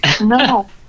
No